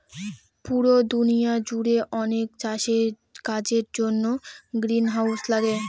পুরো দুনিয়া জুড়ে অনেক চাষের কাজের জন্য গ্রিনহাউস লাগে